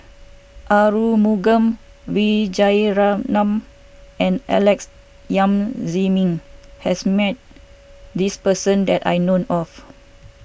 Arumugam Vijiaratnam and Alex Yam Ziming has met this person that I known of